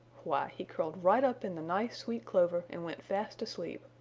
why, he curled right up in the nice sweet clover and went fast asleep.